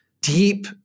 deep